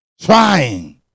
trying